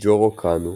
ג'יגורו קאנו,